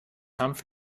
hanf